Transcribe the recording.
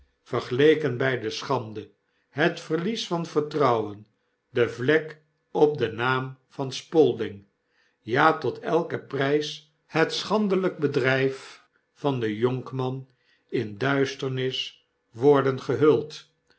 beuzeling vergelekenby de schande het verlies van vertrouwen de vlek op den naam van spalding ja tot elkenprys moest het schandeiyk bedrijf van denjonkman in duisternis worden gehuld